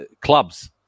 clubs